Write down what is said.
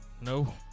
No